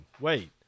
Wait